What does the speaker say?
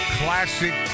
classic